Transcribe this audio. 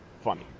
funny